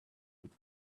route